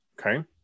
Okay